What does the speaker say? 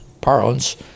parlance